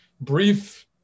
brief